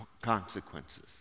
consequences